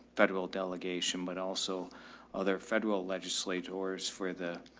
federal delegation, but also other federal legislature doors for the,